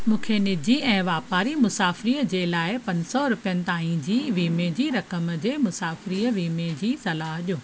मूंखे निजी ऐं वापारी मुसाफ़िरीअ जे लाइ पंज सौ रुपियनि ताईं जी वीमे जी रक़म जे मुसाफ़िरी वीमे जी सलाहु ॾियो